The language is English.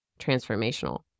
transformational